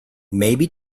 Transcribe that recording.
maybe